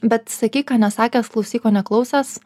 bet sakyk ką nesakęs klausyk ko neklausęs